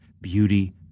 beauty